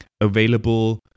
available